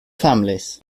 families